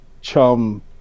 Chum